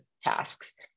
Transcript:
tasks